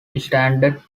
standard